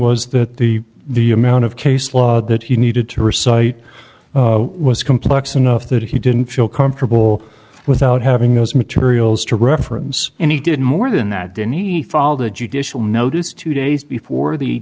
was that the the amount of case law that he needed to recite was complex enough that he didn't feel comfortable without having those materials to reference and he did more than that denethor all the judicial notice two days before the